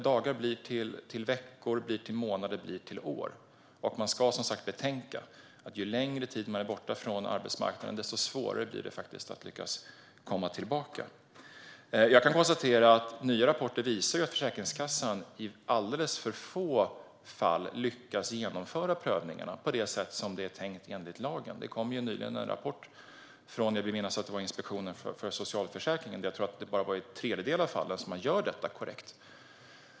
Dagar blir till veckor och månader och år, och vi ska som sagt betänka att ju längre tid man är borta från arbetsmarknaden desto svårare blir det faktiskt att komma tillbaka. Jag kan konstatera att nya rapporter visar att Försäkringskassan i alldeles för få fall lyckas genomföra prövningarna på det sätt som det är tänkt enligt lagen. Nyligen kom en rapport från Inspektionen för socialförsäkringen, vill jag minnas, som jag tror visade att detta görs korrekt bara i en tredjedel av fallen.